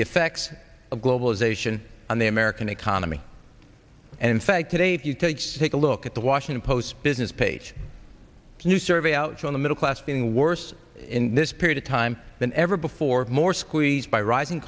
the effects of globalization on the american economy and in fact today if you take take a look at the washington post business page a new survey out on the middle class being worse in this period of time than ever before more squeezed by rising